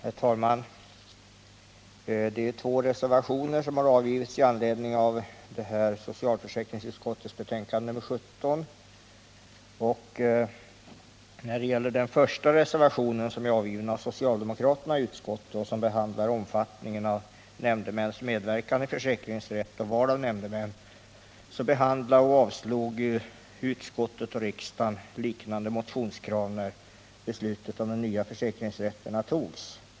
Herr talman! Det har avgivits två reservationer med anledning av socialförsäkringsutskottets betänkande nr 17. Vad beträffar reservationen 1 som avgivits av socialdemokraterna i utskottet och som rör nämndemäns medverkan och val av nämndemän i försäkringsrätt avstyrkte och avslog utskott och riksdag liknande motionskrav, när beslutet om de nya försäkringsrätterna fattades.